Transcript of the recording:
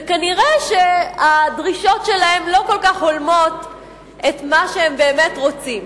וכנראה הדרישות שלהם לא כל כך הולמות את מה שהם באמת רוצים.